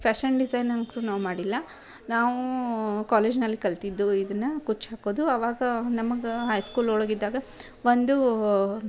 fashion design ಅಂತು ನಾವು ಮಾಡಿಲ್ಲ ನಾವು ಕಾಲೇಜ್ನಲ್ಲಿ ಕಲಿತಿದ್ದು ಇದನ್ನು ಕುಚ್ಚು ಹಾಕೋದು ಅವಾಗ ನಮಗೆ ಐ ಸ್ಕೂಲ್ ಒಳಗಿದ್ದಾಗ ಒಂದು